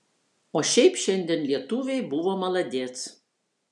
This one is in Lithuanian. o šiaip šiandien lietuviai buvo maladėc